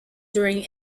during